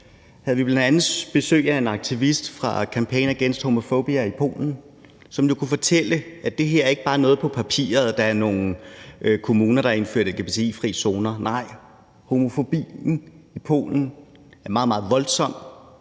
havde vi bl.a. besøg af en aktivist fra Campaign Against Homophobia i Polen, som jo kunne fortælle, at det her ikke bare er noget på papir med, at der er nogle kommuner, der har indført lgbti-fri zoner. Nej, homofobien i Polen er meget, meget voldsom,